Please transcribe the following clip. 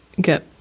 get